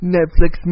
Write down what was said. Netflix